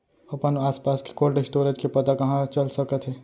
अपन आसपास के कोल्ड स्टोरेज के पता कहाँ चल सकत हे?